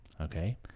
Okay